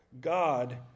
God